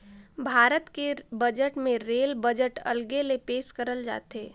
भारत के बजट मे rail budget अलगे ले पेस करल जाथे